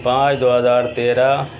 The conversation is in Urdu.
پانچ دو ہزار تیرہ